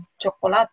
chocolate